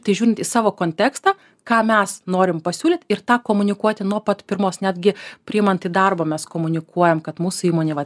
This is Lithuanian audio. tai žiūrint į savo kontekstą ką mes norim pasiūlyt ir tą komunikuoti nuo pat pirmos netgi priimant į darbą mes komunikuojam kad mūsų įmonė vat